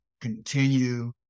continue